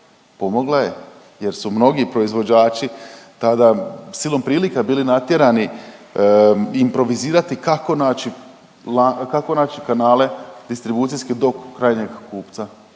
pomogla je jer su mnogi proizvođači tada silom prilika bili natjerati improvizirati kako naći kanale distribucijske do krajnjeg kupca